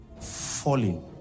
falling